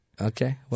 Okay